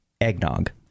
eggnog